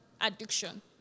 addiction